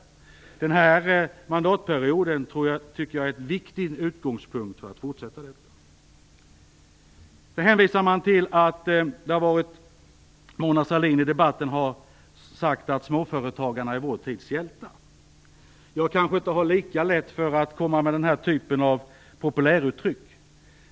Denna mandatperiod tycker jag är en viktig utgångspunkt för att fortsätta detta. Man hänvisar till att Mona Sahlin i debatten har sagt att småföretagarna är vår tids hjältar. Jag har kanske inte lika lätt för att komma med denna typ av populäruttryck.